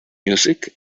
music